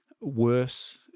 worse